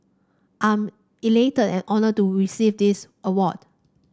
I am elated and honoured to receive this award